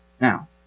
Now